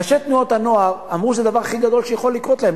ראשי תנועות הנוער אמרו שזה הדבר הכי גדול שיכול לקרות להם.